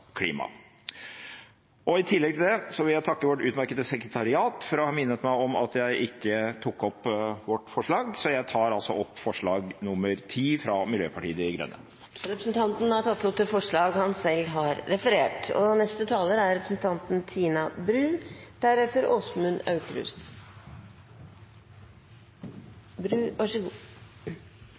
klima. I tillegg vil jeg takke vårt utmerkede sekretariat for å ha minnet meg om at jeg ikke har tatt opp vårt forslag. Så jeg tar opp forslag nr. 10, fra Miljøpartiet De Grønne. Representanten Rasmus Hansson har tatt opp det forslaget han